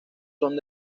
son